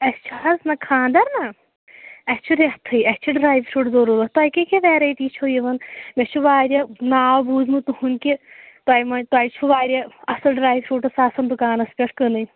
اَسہِ چھِ حظ نہ خانٛدَر نا اَسہِ چھُ ریٚتھٕے اَسہِ چھِ ڈرٛے فرٛوٗٹ ضروٗرَت تۄہہِ کیٛاہ کیٛاہ ویرایٹی چھَو یِوان مےٚ چھِ واریاہ ناو بوٗزمُت تُہُنٛد کہِ تۄہہِ مَنٛز تۄہہِ چھُ واریاہ اَصٕل ڈرٛے فرٛوٗٹٕز آسان دُکانَس پیٚٹھ کٕنٕنۍ